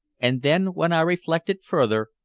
and then when i reflected further,